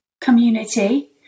community